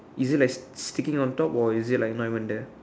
is it like sticking on top or is it like not even there